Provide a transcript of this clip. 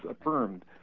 affirmed